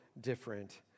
different